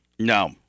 No